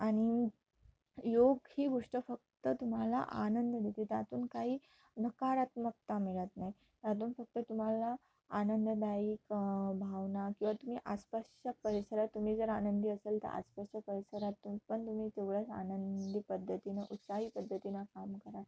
आणि योग ही गोष्ट फक्त तुम्हाला आनंद देते त्यातून काही नकारात्मकता मिळत नाही त्यातून फक्त तुम्हाला आनंददायी भावना किंवा तुम्ही आसपासच्या परिसरात तुम्ही जर आनंदी असेल तर आसपासच्या परिसरातून पण तुम्ही तेवढ्याच आनंदी पद्धतीनं उत्साही पद्धतीनं काम करा